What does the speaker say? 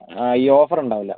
ആ ഈ ഓഫർ ഉണ്ടാവില്ല